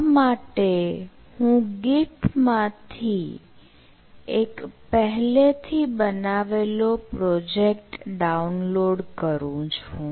આ માટે હું Git માં થી એક પહેલેથી બનાવેલો પ્રોજેક્ટ ડાઉનલોડ કરું છું